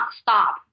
stop